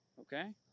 Okay